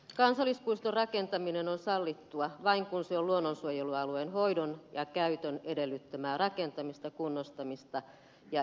kansallispuiston rakentaminen on sallittua vain kun se on luonnonsuojelualueen hoidon ja käytön edellyttämää rakentamista kunnostamista ja entistämistä